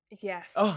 Yes